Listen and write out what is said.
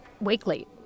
weekly